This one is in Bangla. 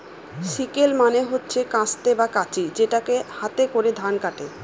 সিকেল মানে হচ্ছে কাস্তে বা কাঁচি যেটাকে হাতে করে ধান কাটে